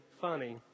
Funny